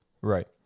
right